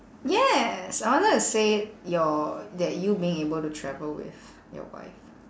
yes I wanted to say your that you being able to travel with your wife